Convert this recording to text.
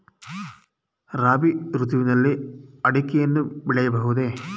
ರಾಬಿ ಋತುವಿನಲ್ಲಿ ಅಡಿಕೆಯನ್ನು ಬೆಳೆಯಬಹುದೇ?